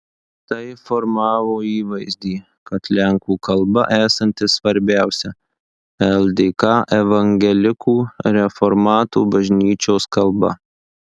tai formavo įvaizdį kad lenkų kalba esanti svarbiausia ldk evangelikų reformatų bažnyčios kalba